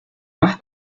más